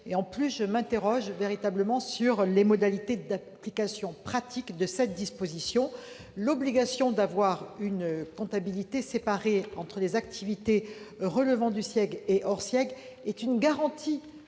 En plus, je m'interroge véritablement sur les modalités d'application de cette disposition. L'obligation d'avoir une comptabilité séparée entre les activités relevant du SIEG- service d'intérêt